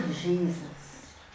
Jesus